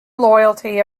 loyalty